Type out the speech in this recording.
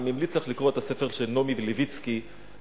אני ממליץ לקרוא את הספר של נעמי לויצקי "העליונים",